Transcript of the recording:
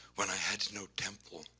when i had no temple,